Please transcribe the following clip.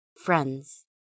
friends